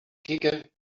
kikker